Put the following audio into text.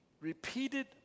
repeated